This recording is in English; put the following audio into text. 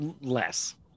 Less